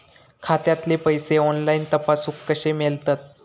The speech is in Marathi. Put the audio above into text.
खात्यातले पैसे ऑनलाइन तपासुक कशे मेलतत?